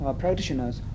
practitioners